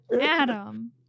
Adam